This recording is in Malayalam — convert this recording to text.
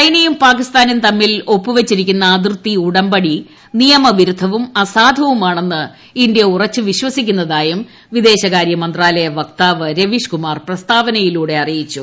ചൈനയും പാക്കിസ്ഥാനും തമ്മിൽ ഒപ്പൂ വച്ചിരിക്കുന്ന അതിർത്തി ഉടമ്പടി നിയമവിരുദ്ധവും അസാധുവുമാണെന്ന് ഇന്ത്യ ഉറച്ച് വിശ്വസിക്കുന്നതായും വിദേശ കാര്യ മന്ത്രാലയ വക്താവ് രവീഷ് കുമാർ പ്രസ്താവനയിലൂടെ അറിയിച്ചു